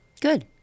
good